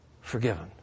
forgiven